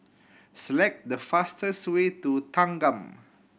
select the fastest way to Thanggam